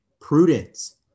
prudence